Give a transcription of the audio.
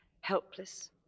helpless